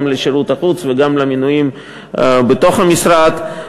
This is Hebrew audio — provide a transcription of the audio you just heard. גם לשירות החוץ וגם בתוך המשרד.